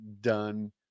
done